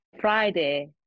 Friday